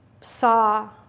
saw